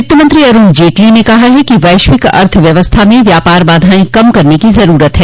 वित्तमंत्री अरूण जेटली ने कहा है कि वैश्विक अर्थ व्यवस्था में व्यापार बाधाएं कम करन की जरूरत है